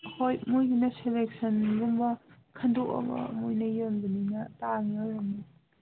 ꯍꯣꯏ ꯃꯣꯏꯒꯤꯅ ꯁꯦꯂꯦꯛꯁꯟꯒꯨꯝꯕ ꯈꯟꯗꯣꯛꯑꯒ ꯃꯈꯣꯏꯅ ꯌꯣꯟꯕꯅꯤꯅ ꯇꯥꯡꯅ ꯌꯣꯟꯕ